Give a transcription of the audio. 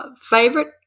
favorite